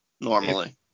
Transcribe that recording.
normally